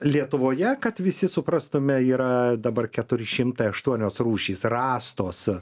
lietuvoje kad visi suprastume yra dabar keturi šimtai aštuonios rūšys rastos